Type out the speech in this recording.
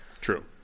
True